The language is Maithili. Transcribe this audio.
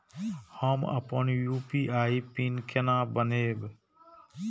हम अपन यू.पी.आई पिन केना बनैब?